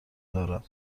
دارم